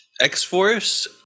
X-Force